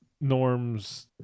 Norm's